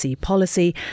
Policy